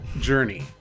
journey